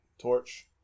torch